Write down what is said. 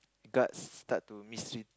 guards start to mistreat